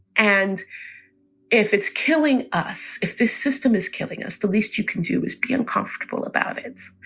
and if it's killing us, if this system is killing us, the least you can do is be uncomfortable about it.